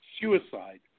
suicide